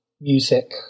music